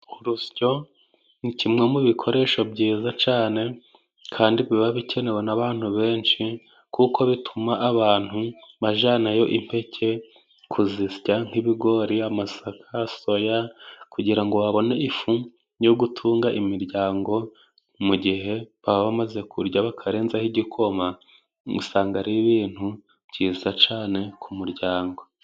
Urusyo ni kimwe mu bikoresho byiza cane kandi biba bikenewe n'abantu benshi, kuko bituma abantu bajyanayo impeke kuzisya nk'ibigori, amasaka, soya kugira ngo babone ifu yo gutunga imiryango. Mu gihe baba bamaze kurya bakarenzaho igikoma, usanga ari ibintu byiza cyane ku muryango.